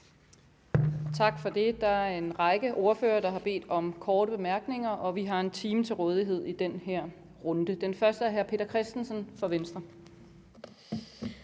Tak for det. Der er en række ordførere, der har bedt om korte bemærkninger, og vi har 1 time til rådighed i den her runde. Den første er hr. Peter Christensen fra Venstre.